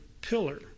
pillar